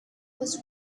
was